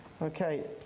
Okay